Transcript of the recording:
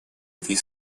этой